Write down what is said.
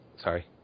sorry